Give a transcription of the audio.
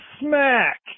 Smack